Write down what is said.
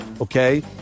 Okay